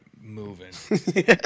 moving